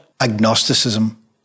agnosticism